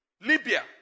Libya